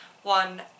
one